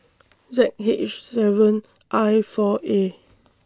Z H seven I four A